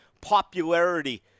popularity